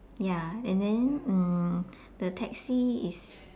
ya and then mm the taxi is